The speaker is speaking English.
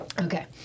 Okay